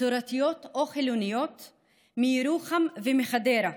מסורתיות או חילוניות, מירוחם ומחדרה,